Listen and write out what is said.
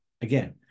again